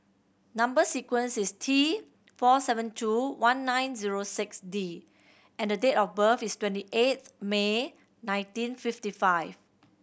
number sequence is T four seven two one nine zero six D and the date of birth is twenty eighth May nineteen fifty five